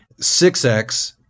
6X